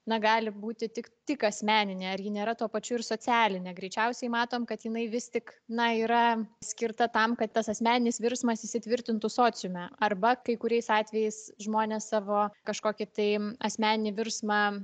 na gali būti tik tik asmeninė ar ji nėra tuo pačiu ir socialine greičiausiai matom kad jinai vis tik na yra skirta tam kad tas asmeninis virsmas įsitvirtintų sociume arba kai kuriais atvejais žmonės savo kažkokį tai asmeninį virsmą